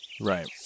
Right